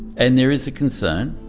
and there is a concern,